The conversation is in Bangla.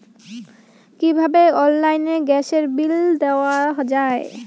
কিভাবে অনলাইনে গ্যাসের বিল দেওয়া যায়?